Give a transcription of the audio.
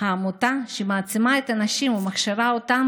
עמותה שמעצימה את הנשים ומכשירה אותן